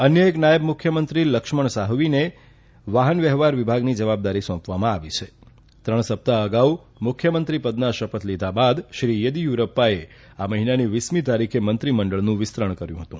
અન્ય એક નાયબ મુખ્યમંત્રી લક્ષ્મણ સાવઠીને વાહન વ્યવહાર વિભાગની જવાબાદરી સોંપવામાં આવી છે ત્રણ સપ્તાહ અગાઉ મુખ્યમંત્રી પદના શપથ લીધા બાદ યેદીયુરપ્પાએ આ મહિનાની વીસમી તારીખે મંત્રીમંડળનું વિસ્તરણ કર્યું હતું